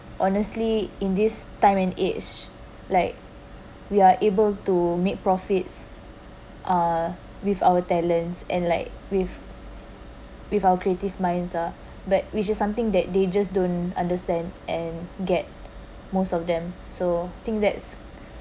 honestly in this time and age like we are able to make profits uh with our talents and like with with our creative minds lah but which is something that they just don't understand and get most of them so think that's